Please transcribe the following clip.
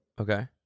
Okay